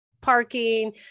parking